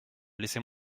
laissez